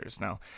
Now